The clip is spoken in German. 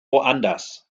woanders